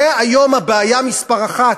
זו היום הבעיה מספר אחת.